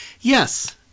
Yes